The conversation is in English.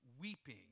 weeping